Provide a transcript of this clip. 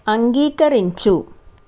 అంగీకరించుము